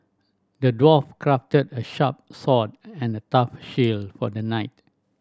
the dwarf crafted a sharp and a tough shield for the knight